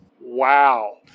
Wow